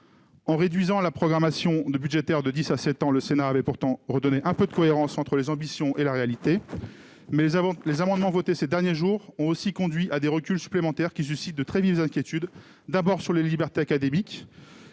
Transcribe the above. En réduisant la programmation budgétaire de dix à sept ans, le Sénat avait pourtant remis un peu de cohérence entre les ambitions et la réalité. Mais les amendements votés ces derniers jours ont aussi conduit à des reculs supplémentaires qui suscitent de très vives inquiétudes, sur les libertés académiques